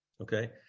Okay